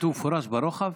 כתוב במפורש ברוחב?